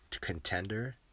contender